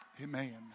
Amen